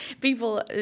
People